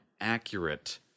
accurate